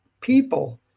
people